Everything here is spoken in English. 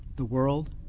the world,